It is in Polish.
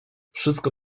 wszystko